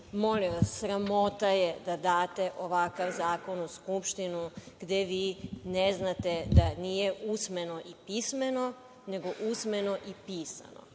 Molim vas, sramota je da date ovakav zakon u Skupštinu, gde vi ne znate da nije usmeno i pismeno, nego usmeno i pisano.